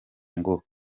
ngo